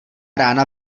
rána